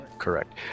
correct